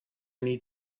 need